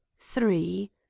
three